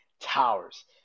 towers